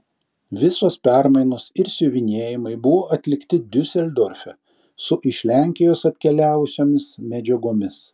visos permainos ir siuvinėjimai buvo atlikti diuseldorfe su iš lenkijos atkeliavusiomis medžiagomis